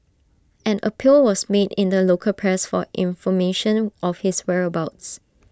an appeal was made in the local press for information of his whereabouts